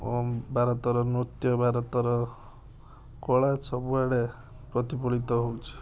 ଓ ଭାରତର ନୃତ୍ୟ ଭାରତର କଳା ସବୁଆଡ଼େ ପ୍ରତିଫଳିତ ହଉଛି